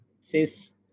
says